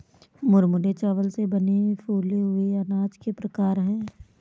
मुरमुरे चावल से बने फूले हुए अनाज के प्रकार है